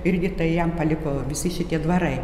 irgi tai jam paliko visi šitie dvarai